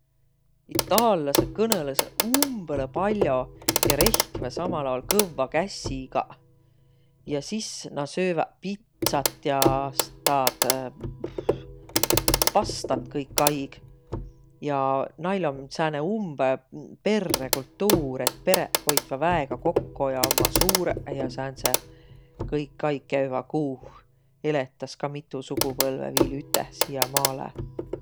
Itaallasõq kõnõlõsõq umbõlõ pall'o ja rehkväq samal aol kõvva kässigaq. Ja sis nä sööväq pitsat ja s- taad pastat kõik aig. Ja nail om sääne umbõ perrekultuur, et pereq hoitvaq väega kokko ja ommaq suurõq ja sääntseq kõik aig käüväq kuuh, eletäs ka mitu sugupõvõ kuuh siiäqmaalõ.